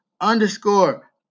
underscore